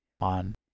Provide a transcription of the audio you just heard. on